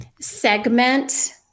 segment